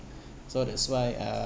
so that's why uh